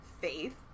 faith